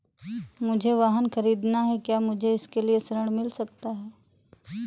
मुझे वाहन ख़रीदना है क्या मुझे इसके लिए ऋण मिल सकता है?